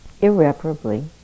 irreparably